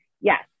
Yes